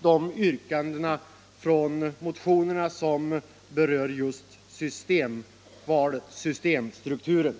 de yrkanden i motionerna som berör just systemvalet, systemstrukturen.